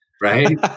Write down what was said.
right